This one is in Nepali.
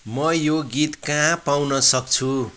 म यो गीत कहाँ पाउन सक्छु